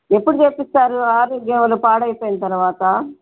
ఎప్పుడు చేయిస్తారు ఆరోగ్యాలు పాడైపోయిన తర్వాత